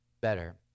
better